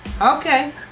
okay